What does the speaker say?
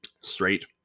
straight